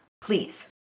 please